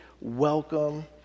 welcome